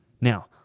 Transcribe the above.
Now